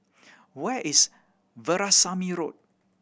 where is Veerasamy Road